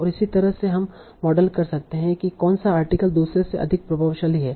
और इस तरह से हम मॉडल कर सकते हैं कि कौन सा आर्टिकल दूसरे से अधिक प्रभावशाली है